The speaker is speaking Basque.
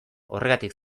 horregatik